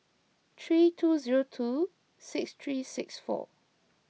three two zero two six three six four